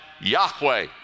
Yahweh